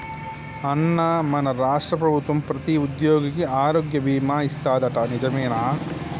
అన్నా మన రాష్ట్ర ప్రభుత్వం ప్రతి ఉద్యోగికి ఆరోగ్య బీమా ఇస్తాదట నిజమేనా